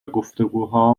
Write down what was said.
گفتگوها